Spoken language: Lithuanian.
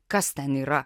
kas ten yra